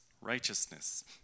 righteousness